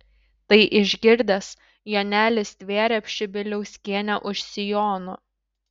tai išgirdęs jonelis stvėrė pšibiliauskienę už sijono